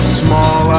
small